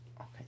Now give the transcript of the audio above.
Okay